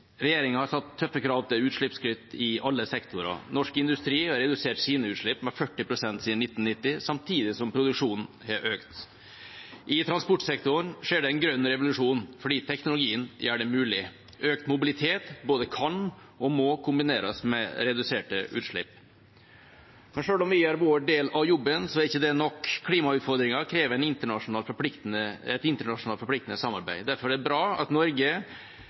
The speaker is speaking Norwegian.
Regjeringa har satt tøffe krav til utslippskutt i alle sektorer. Norsk industri har redusert sine utslipp med 40 pst. siden 1990, samtidig som produksjonen har økt. I transportsektoren skjer det en grønn revolusjon fordi teknologien gjør det mulig. Økt mobilitet både kan og må kombineres med reduserte utslipp. Selv om vi gjør vår del av jobben, er ikke det nok. Klimautfordringene krever et internasjonalt forpliktende samarbeid. Derfor er det bra at Norge